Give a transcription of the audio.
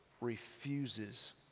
refuses